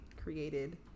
created